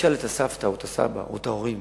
תשאל את הסבתא או את הסבא או את ההורים